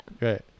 Right